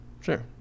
Sure